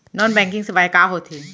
Non banking सेवाएं का होथे?